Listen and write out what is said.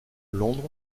londres